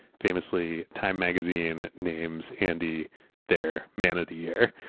famously time magazine names andy their man of the year.